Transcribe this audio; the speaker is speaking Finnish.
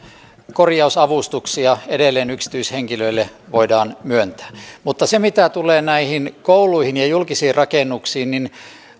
korjausavustuksia edelleen yksityishenkilöille voidaan myöntää mutta mitä tulee näihin kouluihin ja julkisiin rakennuksiin niin